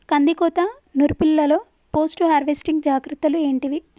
కందికోత నుర్పిల్లలో post harvesting జాగ్రత్తలు ఏంటివి?